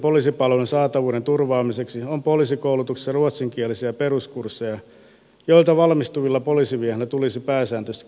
ruotsinkielisten poliisipalveluiden saatavuuden turvaamiseksi on poliisikoulutuksessa ruotsinkielisiä peruskursseja joilta valmistuvilla poliisimiehillä tulisi pääsääntöisesti kyseinen etu turvata